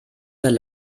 unter